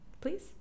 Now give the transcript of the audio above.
please